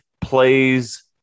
plays